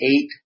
eight